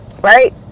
Right